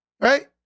Right